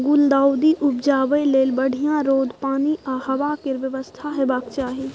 गुलदाउदी उपजाबै लेल बढ़ियाँ रौद, पानि आ हबा केर बेबस्था हेबाक चाही